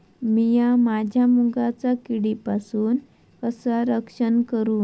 मीया माझ्या मुगाचा किडीपासून कसा रक्षण करू?